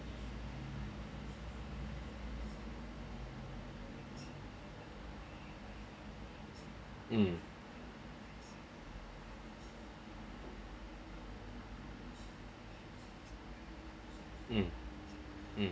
mm mm mm